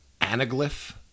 anaglyph